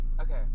Okay